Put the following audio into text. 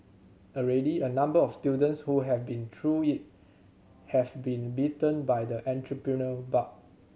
already a number of students who have been through it have been bitten by the entrepreneurial bug